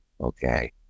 okay